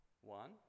One